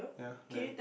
yeah lame